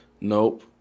Nope